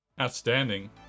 outstanding